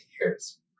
years